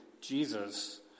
Jesus